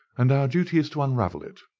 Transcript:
and our duty is to unravel it,